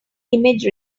image